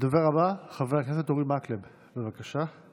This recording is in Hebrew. הדובר הבא, חבר הכנסת אורי מקלב, בבקשה.